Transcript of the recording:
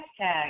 Hashtag